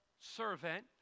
servant